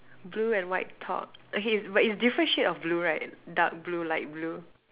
blue and white top okay but it's different shade of blue right dark blue light blue